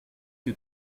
que